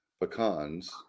pecans